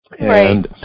Right